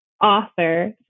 author